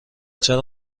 چرا